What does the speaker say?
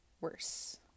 worse